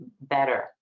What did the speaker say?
better